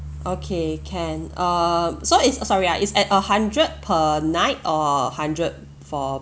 okay can err so it's uh sorry ah is at a hundred per night or hundred for